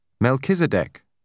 Melchizedek